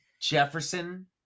Jefferson